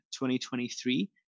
2023